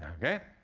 okay?